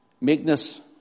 Meekness